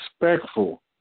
respectful